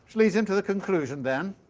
leads into the conclusion then,